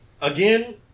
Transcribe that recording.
Again